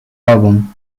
album